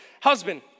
Husband